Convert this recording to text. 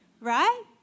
right